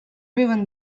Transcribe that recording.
ruin